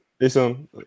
Listen